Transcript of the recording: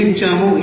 ఇది గంటకు 5